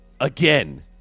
again